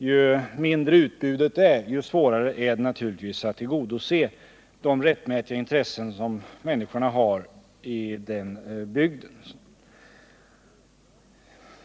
Ju mindre utbudet är, desto svårare är det naturligtvis att tillgodose de rättmätiga intressen som människorna har i den bygden.